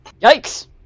Yikes